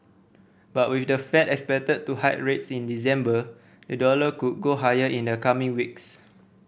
but with the Fed expected to hike rates in December the dollar could go higher in the coming weeks